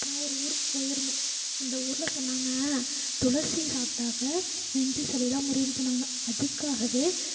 நான் ஒரு ஊருக்கு போயிருந்தேன் அந்த ஊரில் சொன்னாங்க துளசி சாப்பிட்டாக்க நெஞ்சு சளியெலாம் முறியும்னு சொன்னாங்க அதுக்காகவே